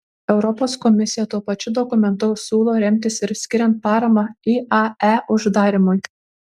europos komisija tuo pačiu dokumentu siūlo remtis ir skiriant paramą iae uždarymui